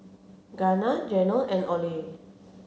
Danna Geno and Oley